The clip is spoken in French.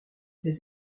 les